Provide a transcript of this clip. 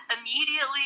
immediately